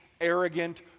arrogant